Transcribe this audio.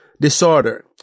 disorder